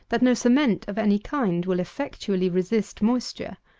that no cement of any kind, will effectually resist moisture.